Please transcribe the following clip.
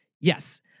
Yes